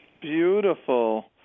Beautiful